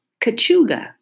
kachuga